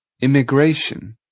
immigration